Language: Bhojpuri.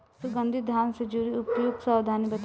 सुगंधित धान से जुड़ी उपयुक्त सावधानी बताई?